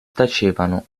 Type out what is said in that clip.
tacevano